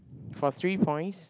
for three points